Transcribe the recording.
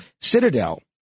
citadel